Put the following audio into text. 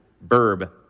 verb